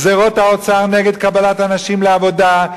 גזירות האוצר נגד קבלת אנשים לעבודה,